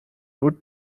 would